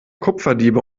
kupferdiebe